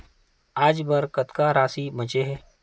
आज बर कतका राशि बचे हे?